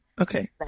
Okay